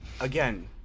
Again